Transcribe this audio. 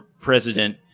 president